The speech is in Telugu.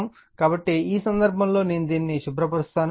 కాబట్టి ఈ సందర్భంలో నేను దానిని శుభ్ర పరుస్తాను